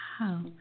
Wow